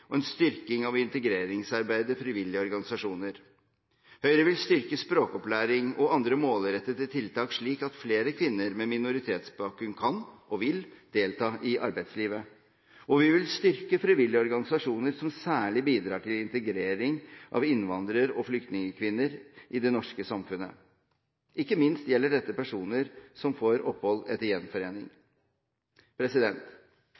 og en styrking av integreringsarbeidet i de frivillige organisasjoner. Høyre vil styrke språkopplæring og andre målrettede tiltak, slik at flere kvinner med minoritetsbakgrunn kan og vil delta i arbeidslivet. Vi vil styrke frivillige organisasjoner som særlig bidrar til integrering av innvandrer- og flyktningkvinner i det norske samfunnet. Ikke minst gjelder det personer som får opphold etter